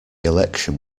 election